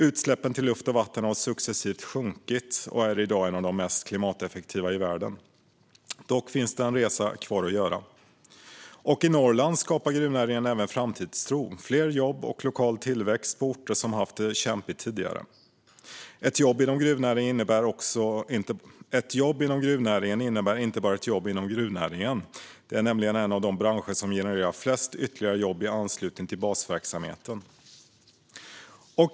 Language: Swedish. Utsläppen till luft och vatten har succesivt sjunkit. Den svenska gruvnäringen är i dag en av de mest klimateffektiva i världen. Det finns dock en resa kvar att göra. I Norrland skapar gruvnäringen även framtidstro. Fler jobb och lokal tillväxt skapas på orter som har haft det kämpigt tidigare. Ett jobb inom gruvnäringen innebär inte bara ett jobb. Gruvnäringen är en av de branscher som genererar flest ytterligare jobb i anslutning till basverksamheten.